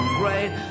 great